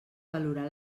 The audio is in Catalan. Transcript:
valorar